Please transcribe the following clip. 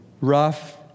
rough